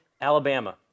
Alabama